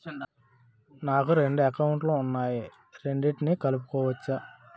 నాకు రెండు అకౌంట్ లు ఉన్నాయి రెండిటినీ కలుపుకోవచ్చా?